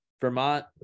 Vermont